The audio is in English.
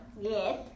Yes